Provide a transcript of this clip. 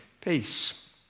peace